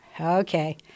Okay